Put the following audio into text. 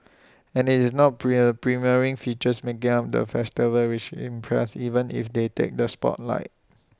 and IT is not prier premiering features making up the festival which impress even if they take the spotlight